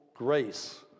Grace